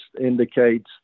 indicates